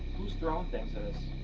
who's throwing things at us?